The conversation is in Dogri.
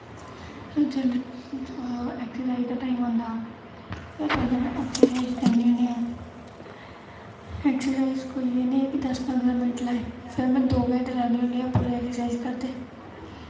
जेल्लै एक्सरसाइज दा टैम आंदा फिर उसलै में एक्सरसाइज करनी होनी आं एक्सरसाइज कोई एह् निं ऐ कोई दस पंदरां मिन्ट लाए सिर्फ में दो घैंटे लान्नी होनी आं पूरी एक्सरसाइज करदे